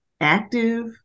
active